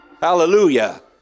hallelujah